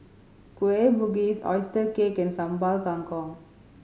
Kueh Bugis oyster cake and Sambal Kangkong